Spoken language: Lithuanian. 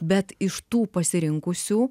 bet iš tų pasirinkusių